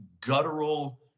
guttural